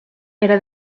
era